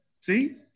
See